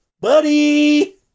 buddy